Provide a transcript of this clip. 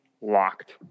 locked